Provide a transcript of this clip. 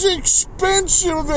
expensive